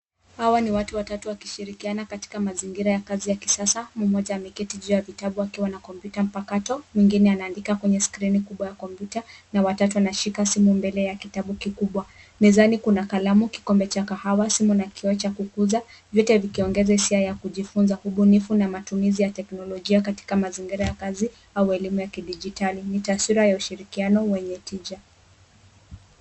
Hawa ni watu watatu wakishirikiana katika mazingira ya kazi ya kisasa. Mmoja ameketi juu ya vitabu akiwa na kompyuta mpakato, mwengine anaandika katika skrini kubwa ya kopyuta na wa tatu anashika simu mbele ya kitabu kikubwa. Mezani kuna kalamu, kikombe cha kahawa, simu na kioo cha kukuza, vyote vikiongeza hisia ya kujifunza, ubunifu na matumizi ya teknolojia katika mazingira ya kazi au elimu ya kidijitali. Ni taswira ya ushirikiano wenye tija.